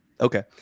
Okay